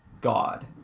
God